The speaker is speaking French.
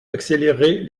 accélérer